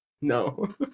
No